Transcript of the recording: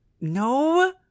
No